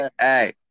hey